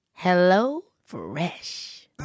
HelloFresh